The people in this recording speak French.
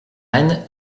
reine